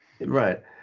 right